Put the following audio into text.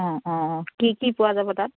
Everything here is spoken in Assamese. অঁ অঁ অঁ কি কি পোৱা যাব তাত